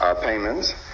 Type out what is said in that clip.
payments